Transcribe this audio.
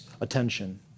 attention